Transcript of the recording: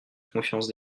confiance